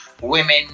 women